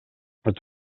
het